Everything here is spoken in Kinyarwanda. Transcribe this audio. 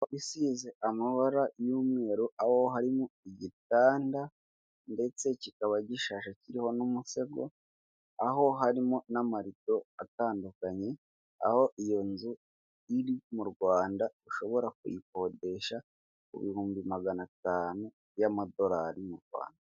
Isize amabara y'umweru aho harimo igitanda ndetse kikaba gishaje kiriho n'umusego aho harimo n'amatara atandukanye, aho iyo nzu iri mu rwanda ushobora kuyikodesha ku bihumbi magana atanu by'amadolari mu rwanda.